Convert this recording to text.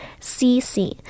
CC